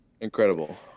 Incredible